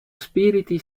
spiriti